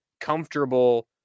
comfortable